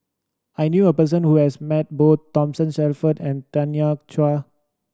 I knew a person who has met both Thomas Shelford and Tanya Chua